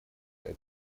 это